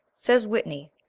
says whitney,